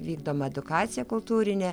vykdom edukaciją kultūrinę